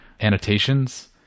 annotations